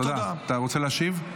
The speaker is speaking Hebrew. אתה רוצה להשיב?